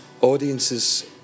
audiences